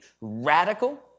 radical